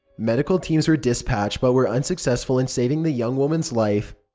medical teams were dispatched but were unsuccessful in saving the young woman's life.